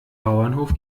bauernhof